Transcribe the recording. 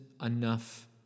enough